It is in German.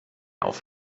auf